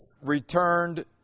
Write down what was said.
returned